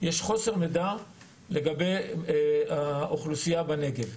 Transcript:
יש חוסר מידע לגבי האוכלוסייה בנגב.